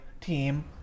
team